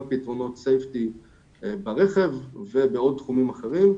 פתרונות סייפטי ברכב ובעוד תחומים אחרים.